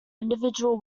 individual